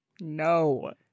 No